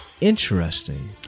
Interesting